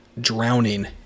drowning